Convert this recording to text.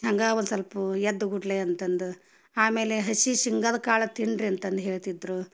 ಹಂಗೆ ಒಂದು ಸಲ್ಪ ಎದ್ದ ಕೂಡ್ಲೆ ಅಂತಂದ ಆಮೇಲೆ ಹಸಿ ಶೇಂಗದ ಕಾಳು ತಿನ್ನಿರಿ ಅಂತಂದು ಹೇಳ್ತಿದ್ದರು